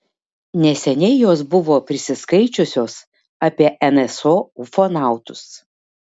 neseniai jos buvo prisiskaičiusios apie nso ufonautus